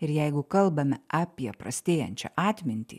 ir jeigu kalbame apie prastėjančią atmintį